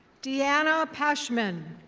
diana pashman.